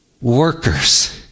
workers